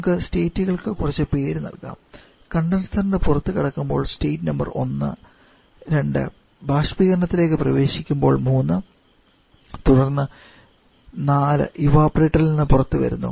നമുക്ക് സ്റ്റേറ്റുകൾക്ക് കുറച്ച് പേര് നൽകാം കണ്ടൻസറിന്റെ പുറത്തുകടക്കുമ്പോൾ സ്റ്റേറ്റ് നമ്പർ 1 2 ബാഷ്പീകരണത്തിലേക്ക് പ്രവേശിക്കുമ്പോൾ 3 തുടർന്ന് 4 ഇവപൊറേറ്റർ ൽ നിന്ന് പുറത്തുവരുന്നു